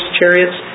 chariots